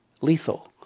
lethal